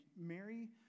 Mary